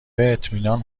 اطمینان